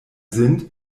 sind